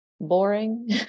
boring